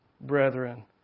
brethren